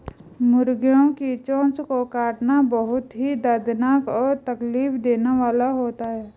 मुर्गियों की चोंच को काटना बहुत ही दर्दनाक और तकलीफ देने वाला होता है